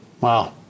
Wow